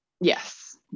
Yes